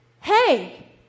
Hey